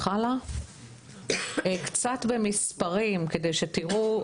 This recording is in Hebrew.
קצת במספרים כדי שתיראו.